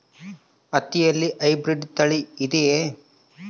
ಹತ್ತಿಯಲ್ಲಿ ಹೈಬ್ರಿಡ್ ತಳಿ ಇದೆಯೇ?